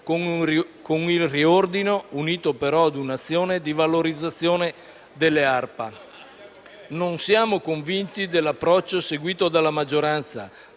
con il riordino, unito però ad un'azione di valorizzazione delle ARPA. Non siamo convinti dell'approccio, seguito dalla maggioranza,